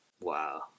Wow